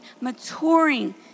maturing